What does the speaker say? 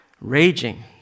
Raging